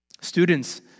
Students